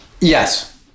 Yes